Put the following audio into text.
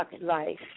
life